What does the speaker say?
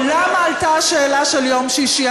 למה עלתה השאלה של יום שישי?